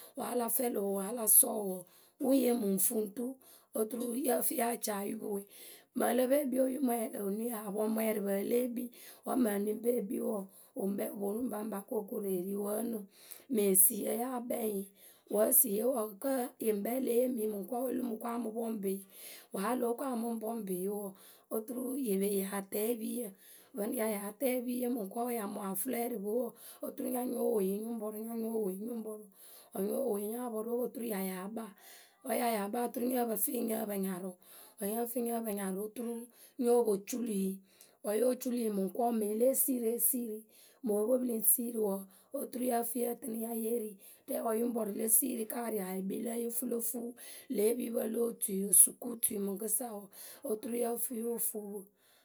wǝ́ a la fɛlɩ wǝ wǝ́ a la sɔɔ wǝ wǝ ŋ yee mǝŋ fuŋtu oturu yǝ fǝ ya ca oyupǝ we. Mǝŋ ǝ lǝ pɨ e kpii apɔŋmwɛɛrɩpǝ e lée kpii. Wǝ́ mǝŋ ǝ lǝŋ pɨ e kpii wǝǝ, wǝ ŋ kpɛ wǝ ponu ŋpaŋpa ko koru e ri wǝ ǝnɨ. Mǝŋ esiyǝ yáa kpɛŋ wǝ́ esiye wǝǝ kǝ́ yǝ ŋkpɛ e le yee mǝ yǝ mǝŋkɔɔwe o loh mǝ ko a mɨ pɔŋpɩ yǝ. Wǝ́ a lóo ko mǝ ŋ pɔŋpɩ yǝ wǝǝ, oturu ye pe yi yah tɛ epiiyǝ vǝnɨ yayáa tɛ epiiye mǝŋkɔɔwe ya mɔŋ afleure pǝa we mǝŋkɔɔwe wǝǝ oturu nya nyo wo yǝ nyǝ ŋ pɔrʊ nya nyo wo yǝ nyǝ ŋ pɔrʊ. Wǝ́ nyo wo yǝ nya pɔrʊ o po turu ya yáa kpaa. Wǝ́ ya yáa kpaa oturu nyǝ pǝ fɨ yǝ nyǝ pǝ nyarʊ wǝ́ nyǝ fɨ yǝ nyǝ pǝ nyarʊ oturu nyo po cului. Wǝ́ yo cului mǝŋkɔɔwe mǝŋ e lée siiri e siiri ma o pwe pǝ lǝŋ siiri wɔ oturu yǝ fɨ yǝ tɨnɨ ya yée ri; Rɛwǝ yǝ ŋ pɔrʊ le siiri kǝ́ ariayǝ yǝ kpii lǝ yǝ ŋ fɨ lo lě epipǝ lo tui sukutui mǝŋkǝsa wǝǝ oturu yǝ fɨ yo fuu pǝ.